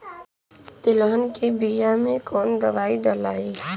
तेलहन के बिया मे कवन दवाई डलाई?